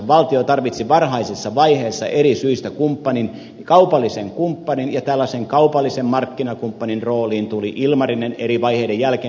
valtio tarvitsi varhaisessa vaiheessa eri syistä kumppanin kaupallisen kumppanin ja tällaisen kaupallisen markkinakumppanin rooliin tuli ilmarinen eri vaiheiden jälkeen